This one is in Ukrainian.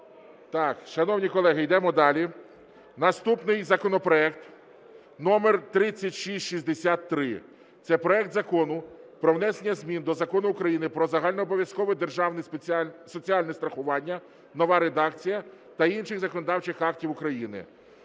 Так, шановні колеги, йдемо далі. Наступний законопроект номер 3663. Це проект Закону про внесення змін до Закону України "Про загальнообов’язкове державне соціальне страхування" (нова редакція) та інших законодавчих актів України.